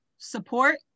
support